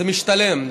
זה משתלם.